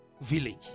Village